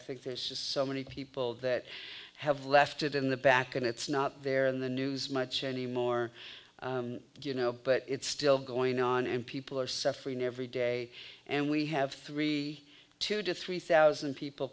think there's just so many people that have left it in the back and it's not they're in the news much anymore you know but it's still going on and people are suffering every day and we have three two to three thousand people